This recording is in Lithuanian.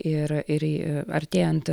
ir ir artėjant